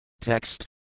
Text